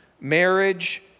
marriage